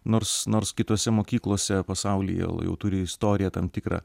nors nors kitose mokyklose pasaulyje jau turi istoriją tam tikrą